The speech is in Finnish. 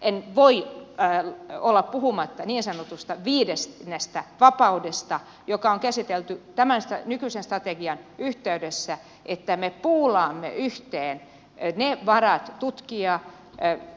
en voi olla puhumatta niin sanotusta viidennestä vapaudesta joka on käsitelty tämän nykyisen strategian yhteydessä että me poolaamme yhteen ne